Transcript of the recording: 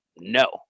no